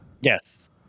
Yes